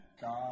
God